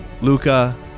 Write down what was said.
Luca